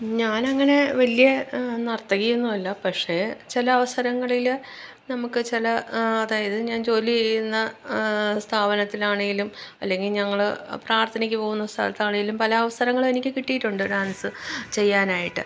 ഞാനങ്ങനെ വലിയ നർത്തകിയൊന്നുമല്ല പക്ഷേ ചില അവസരങ്ങളില് നമുക്ക് ചില അതായത് ഞാന് ജോലി ചെയ്യുന്ന സ്ഥാപനത്തിലാണേലും അല്ലെങ്കില് ഞങ്ങള് പ്രാർത്ഥനയ്ക്ക് പോവുന്ന സ്ഥലത്താണേലും പല അവസരങ്ങളെനിക്ക് കിട്ടിയിട്ടുണ്ട് ഡാൻസ് ചെയ്യാനായിട്ട്